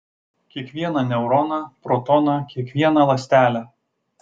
kiekvieną neuroną protoną kiekvieną ląstelę